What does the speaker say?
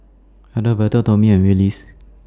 Adalberto Tomie and Willis